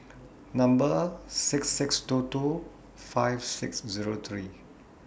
Number six six two two five six Zero three